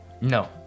no